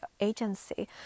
agency